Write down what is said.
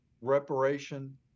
reparation